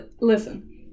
listen